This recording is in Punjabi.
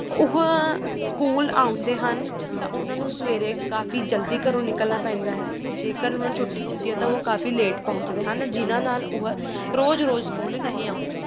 ਉਹ ਸਕੂਲ ਆਉਂਦੇ ਹਨ ਤਾਂ ਉਹਨਾਂ ਨੂੰ ਸਵੇਰੇ ਕਾਫ਼ੀ ਜਲਦੀ ਘਰੋਂ ਨਿਕਲਣਾ ਪੈਂਦਾ ਹੈ ਅਤੇ ਜੇਕਰ ਉਹਨਾਂ ਨੂੰ ਛੁੱਟੀ ਹੁੰਦੀ ਹੈ ਤਾਂ ਉਹ ਕਾਫ਼ੀ ਲੇਟ ਪਹੁੰਚਦੇ ਹਨ ਜਿਨ੍ਹਾਂ ਨਾਲ ਉਹ ਰੋਜ਼ ਰੋਜ਼ ਸਕੂਲ ਨਹੀਂ ਆਉਂਦੇ